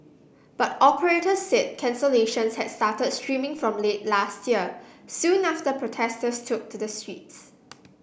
but operators said cancellations had started streaming from late last year soon after protesters took to the streets